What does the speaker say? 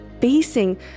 facing